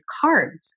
cards